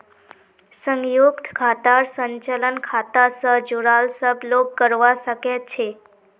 संयुक्त खातार संचालन खाता स जुराल सब लोग करवा सके छै